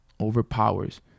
overpowers